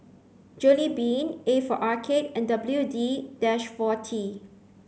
Jollibean A for Arcade and W D forty